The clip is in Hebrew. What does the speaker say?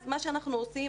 מה שאנחנו עושים,